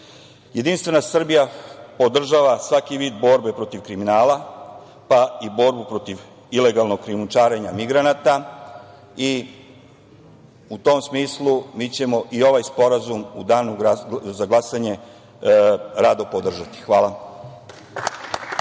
migranata. Jedinstvena Srbija podržava svaki vid borbe protiv kriminala, pa i borbu protiv ilegalnog krijumčarenja migranata i tom smislu mi ćemo i ovaj sporazum u danu za glasanje rado podržati. Hvala